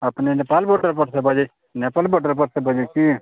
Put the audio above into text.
अपने नेपाल बॉर्डरपरसँ बजै छी